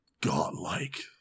godlike